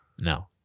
No